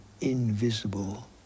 invisible